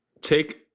Take